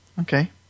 Okay